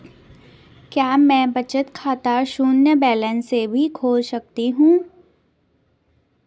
क्या मैं बचत खाता शून्य बैलेंस से भी खोल सकता हूँ?